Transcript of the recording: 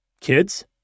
kids